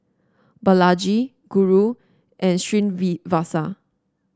Balaji Guru and Srinivasa